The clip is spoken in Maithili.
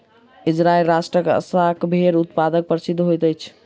इजराइल राष्ट्रक अस्साफ़ भेड़ बहुत प्रसिद्ध होइत अछि